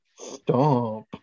Stop